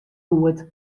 goed